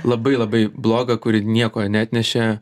labai labai blogą kuri nieko neatnešė